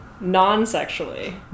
Non-sexually